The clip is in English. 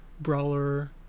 brawler